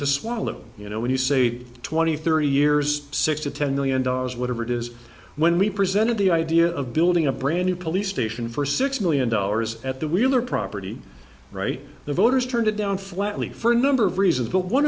to swallow you know when you save twenty thirty years six to ten million dollars whatever it is when we presented the idea of building a brand new police station for six million dollars at the wheeler property right the voters turned it down flatly for a number of reasons but one